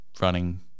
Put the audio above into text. running